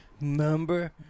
number